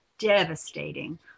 devastating